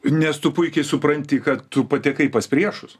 nes tu puikiai supranti kad tu patekai pas priešus